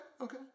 Okay